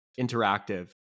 Interactive